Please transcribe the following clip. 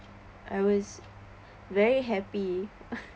I was very happy